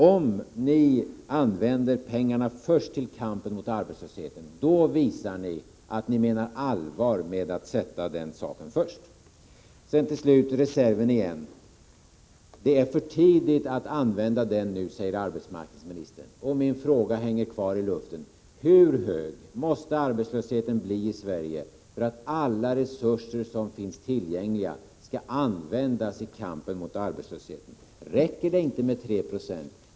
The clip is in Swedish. Om ni använder pengarna först till kampen mot arbetslösheten, då visar ni att ni menar allvar med att sätta den saken främst. Till sist reserven igen. Det är för tidigt att använda den nu, säger arbetsmarknadsministern. Min fråga hänger kvar i luften: Hur hög måste arbetslösheten bli i Sverige för att alla resurser som finns tillgängliga skall användas i kampen mot den? Räcker det inte med 3 70?